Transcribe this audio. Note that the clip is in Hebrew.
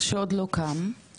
שעוד לא קם.